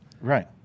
Right